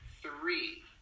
three